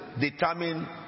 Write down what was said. determine